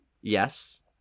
Yes